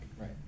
Right